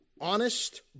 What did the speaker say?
honest